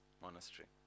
Monastery